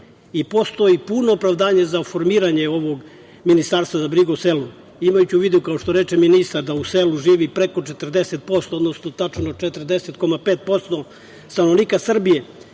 i postoji puno opravdanje za formiranje ovog Ministarstva za brigu o selu, imajući u vidu, kao što reče ministar, da u selu živi preko 40%, odnosno tačno 40,5% stanovnika Srbije.